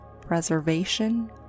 preservation